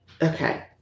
Okay